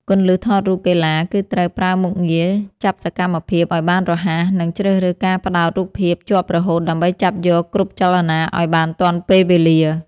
គន្លឹះថតរូបកីឡាគឺត្រូវប្រើមុខងារចាប់សកម្មភាពឱ្យបានរហ័ស និង ជ្រើសរើសការផ្ដោតរូបភាពជាប់រហូតដើម្បីចាប់យកគ្រប់ចលនាឱ្យបានទាន់ពេលវេលា។